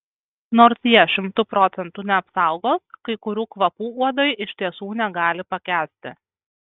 nors jie šimtu procentų neapsaugos kai kurių kvapų uodai iš tiesų negali pakęsti